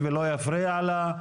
מה זה כל כך מפריע לכם?